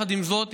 עם זאת,